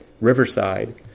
Riverside